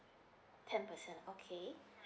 ten percent okay